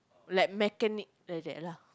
like mechanic like that lah